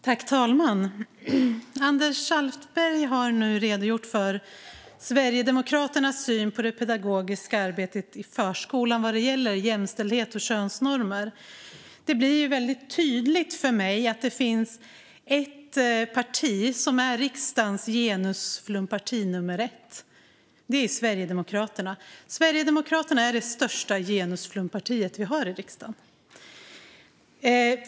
Fru talman! Anders Alftberg har nu redogjort för Sverigedemokraternas syn på det pedagogiska arbetet i förskolan vad gäller jämställdhet och könsnormer. Det blir väldigt tydligt för mig att det finns ett parti som är riksdagens genusflumparti nummer ett, nämligen Sverigedemokraterna. Sverigedemokraterna är det största genusflumpartiet vi har i riksdagen.